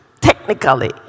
Technically